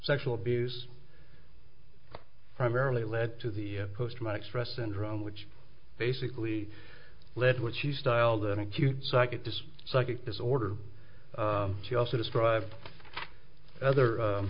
sexual abuse primarily led to the post traumatic stress syndrome which basically led to what she style than acute psychic this psychic disorder she also described other